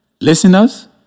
Listeners